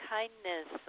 kindness